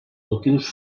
motius